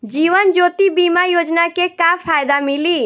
जीवन ज्योति बीमा योजना के का फायदा मिली?